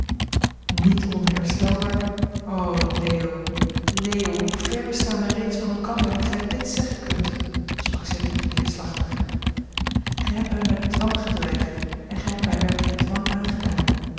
niet onherstelbaar o leo leo hoe ver staan wij reeds van elkander dat gij dit zeggen kunt sprak zij diep neerslachtig gij hebt mij met dwang gedreigd en gij hebt mij werkelijk dwang aangedaan